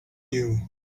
you